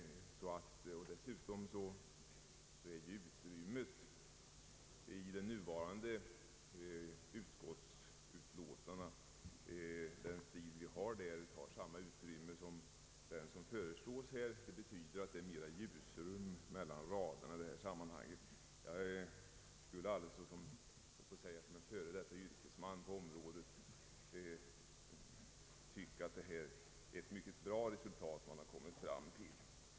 Den stil som vi har i de nuvarande utskottsutlåtandena tar dessutom samma utrymme som den stil som föreslås här. Det betyder att det nu blir mera ljusrum mellan raderna. Som f.d. yrkesman på detta område skulle jag vilja säga att jag tycker, att det är ett mycket bra resultat som man kommit fram till.